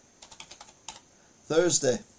Thursday